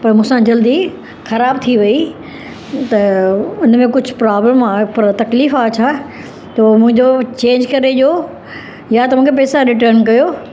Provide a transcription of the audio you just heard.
पर मूंसां जल्दी ख़राब थी वई त उनमें कुझु प्रॉब्लम आहे तकलीफ़ आहे छा त मुंजो चेंज करे ॾियो या त मूंखे पेसा रिटन कयो